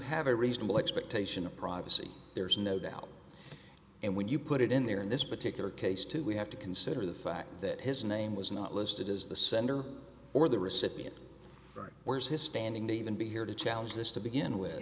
have a reasonable expectation of privacy there's no doubt and when you put it in there in this particular case too we have to consider the fact that his name was not listed as the sender or the recipient where's his standing to even be here to challenge this to begin with